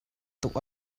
tuk